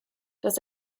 das